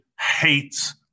hates